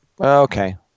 okay